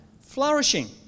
flourishing